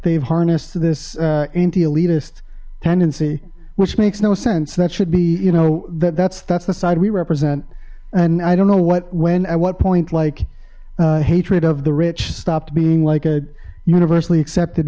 they've harnessed this anti elitist tendency which makes no sense that should be you know that that's that's the side we represent and i don't know what when at what point like hatred of the rich stopped being like a universally accepted